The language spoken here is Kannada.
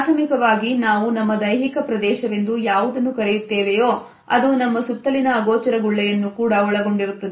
ಪ್ರಾಥಮಿಕವಾಗಿ ನಾವು ನಮ್ಮ ದೈಹಿಕ ಪ್ರದೇಶವೆಂದು ಯಾವುದನ್ನು ಕರೆಯುತ್ತೇವೆಯೋ ಅದು ನಮ್ಮ ಸುತ್ತಲಿನ ಅಗೋಚರ ಗುಳ್ಳೆಯನ್ನು ಕೂಡ ಒಳಗೊಂಡಿರುತ್ತದೆ